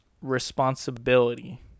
responsibility